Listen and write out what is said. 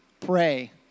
pray